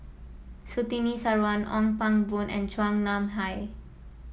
Surtini Sarwan Ong Pang Boon and Chua Nam Hai